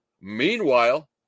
Meanwhile